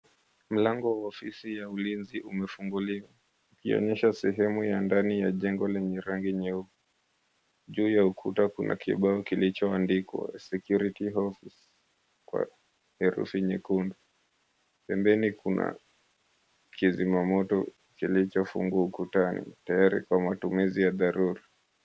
Mlango wa ofisi ya ulinzi umefunguliwa ukionyesha sehemu ya ndani ya jengo lenye rangi nyeupe. Juu ya ukuta kuna kibao kilichoandikwa "Security Office",kwa herufi nyekundu. Pembeni kuna kizima moto kilichofungwa ukutani tayari kwa matumizi ya dharura.